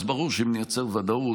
אז ברור שאם נייצר ודאות,